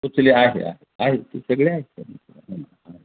उचल्या आहे आहे आहेत ते सगळे आहेत